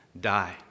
die